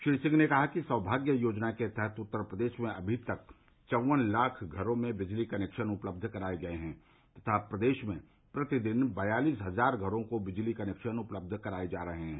श्री सिंह ने कहा कि सौमाग्य योजना के तहत उत्तर प्रदेश में अमी तक चौवन लाख घरों को बिजली कनेक्शन उपलब्ध कराये गये है तथा प्रदेश में प्रतिदिन बयालिस हजार घरों को बिजली कनेक्शन उपलब्ध कराये जा रहे हैं